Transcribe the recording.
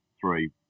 three